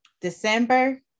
December